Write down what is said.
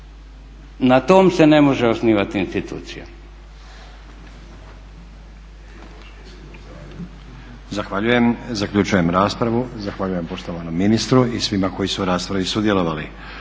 Na tom se ne može osnivati institucija.